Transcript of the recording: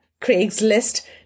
Craigslist